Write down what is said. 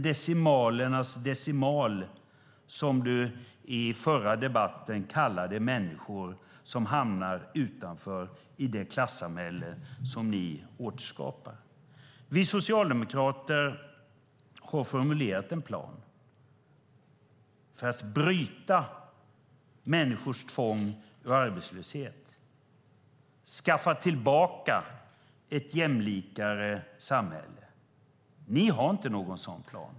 Du kallade i den förra debatten människor som hamnar utanför i det klassamhälle ni återskapar en decimalernas decimal. Vi socialdemokrater har formulerat en plan för att bryta människors tvång ut ur arbetslöshet och för att få tillbaka ett jämlikare samhälle. Ni har ingen sådan plan.